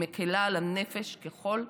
ומקלה על הנפש ככל שניתן.